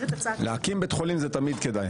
להקים בית חולים זה תמיד כדאי,